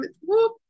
whoop